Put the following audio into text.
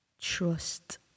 trust